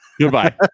Goodbye